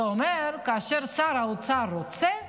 זה אומר שכאשר שר האוצר רוצה,